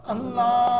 Allah